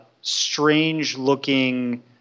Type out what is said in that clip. strange-looking